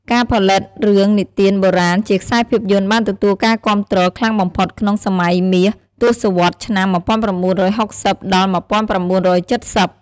ការផលិតរឿងនិទានបុរាណជាខ្សែភាពយន្តបានទទួលការគាំទ្រខ្លាំងបំផុតក្នុង សម័យមាស ទសវត្សរ៍ឆ្នាំ១៩៦០ ដល់ ១៩៧០។